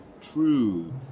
true